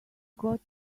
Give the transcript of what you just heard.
got